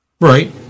Right